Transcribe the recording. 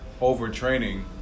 overtraining